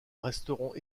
resteront